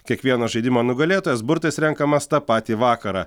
kiekvieno žaidimo nugalėtojas burtais renkamas tą patį vakarą